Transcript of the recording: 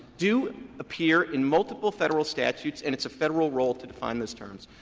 do appear in multiple federal statutes and it's a federal role to define those terms.